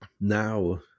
now